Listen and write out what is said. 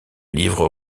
livre